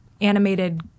animated